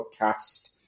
podcast